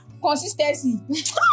Consistency